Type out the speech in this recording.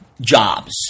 Jobs